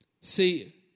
See